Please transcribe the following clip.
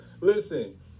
Listen